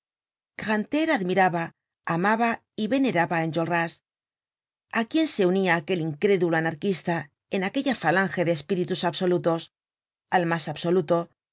grantaire admiraba amaba y veneraba á enjolras a quién se unia aquel incrédulo anarquista en aquella falange de espíritus absolutos al mas absoluto